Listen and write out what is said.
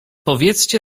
powiedzcie